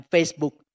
Facebook